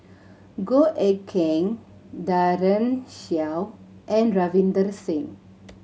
Goh Eck Kheng Daren Shiau and Ravinder Singh